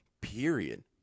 period